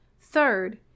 Third